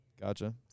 Gotcha